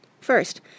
First